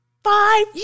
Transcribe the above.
Five